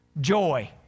joy